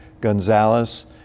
Gonzalez